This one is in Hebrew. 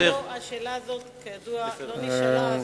השאלה הזאת לא נשאלה.